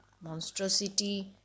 monstrosity